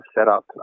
setup